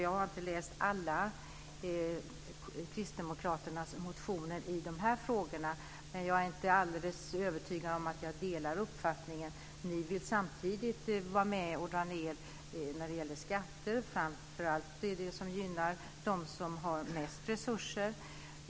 Jag har inte läst alla Kristdemokraternas motioner i de här frågorna, men jag är inte alldeles övertygad om att jag delar uppfattningen. Ni vill samtidigt vara med och sänka skatterna och framför allt gynna de som har mest resurser.